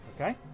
okay